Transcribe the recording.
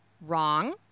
Wrong